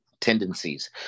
Tendencies